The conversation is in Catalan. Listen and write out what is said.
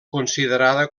considerada